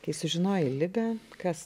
kai sužinojai ligą kas